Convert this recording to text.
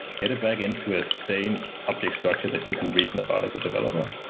get it back into a same object structure that you can reason about as a developer.